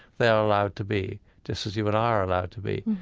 they are allowed to be just as you and i are allowed to be.